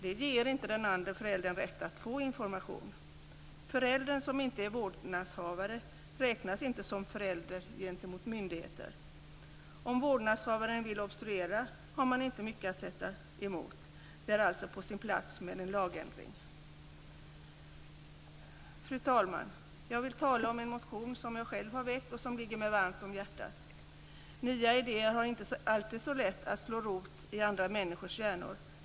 Det ger inte den andre föräldern rätt att få information. Föräldern som inte är vårdnadshavare räknas inte för förälder gentemot myndigheter. Om vårdnadshavaren vill obstruera har man inte mycket att sätta emot. Det är alltså på sin plats med en lagändring. Fru talman! Jag vill tala om en motion som jag själv har väckt och som ligger mig varmt om hjärtat. Nya idéer har inte alltid så lätt att slå rot i andra människors hjärnor.